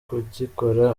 kugikora